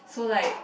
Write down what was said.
so like